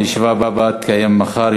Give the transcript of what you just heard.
הישיבה הבאה תתקיים מחר,